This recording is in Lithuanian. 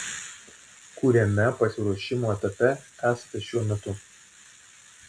kuriame pasiruošimo etape esate šiuo metu